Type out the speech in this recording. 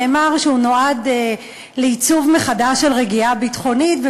נאמר שהוא נועד לעיצוב מחדש של רגיעה ביטחונית.